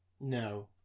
No